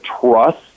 trust